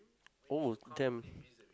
oh damn